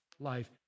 life